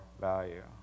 value